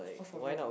oh for real